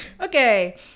okay